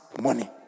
money